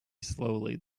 slowly